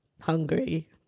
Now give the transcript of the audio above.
hungry